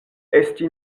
esti